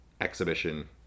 exhibition